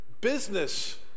business